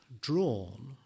drawn